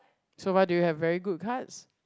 so far do you have very good cards